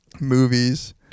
Movies